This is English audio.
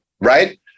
right